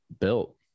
built